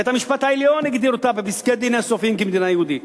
בית-המשפט העליון הגדיר אותה באין-סוף פסקי-דין כמדינה יהודית.